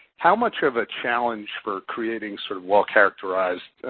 how much of a challenge for creating, sort of, well-characterized,